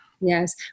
yes